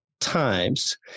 times